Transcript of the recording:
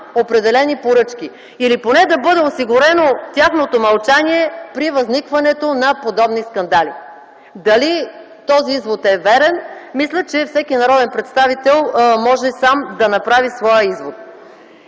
определени поръчки, или поне да бъде осигурено тяхното мълчание при възникването на подобни скандали. Дали този извод е верен? Мисля, че всеки народен представител може да направи своя извод.